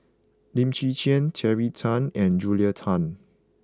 Lim Chwee Chian Terry Tan and Julia Tan